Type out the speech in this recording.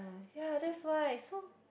ya that's why so